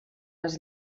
les